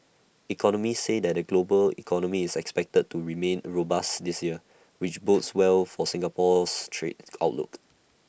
economists say that the global economy is expected to remain robust this year which bodes well for Singapore's trade outlook